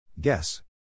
Guess